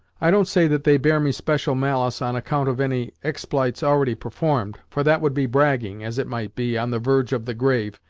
i don't say that they bear me special malice on account of any expl'ites already performed, for that would be bragging, as it might be, on the varge of the grave,